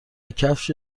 کفش